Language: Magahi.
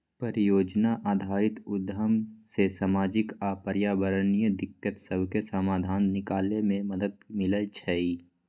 परिजोजना आधारित उद्यम से सामाजिक आऽ पर्यावरणीय दिक्कत सभके समाधान निकले में मदद मिलइ छइ